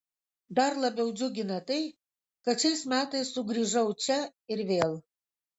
dar labiau džiugina tai kad šiais metais sugrįžau čia ir vėl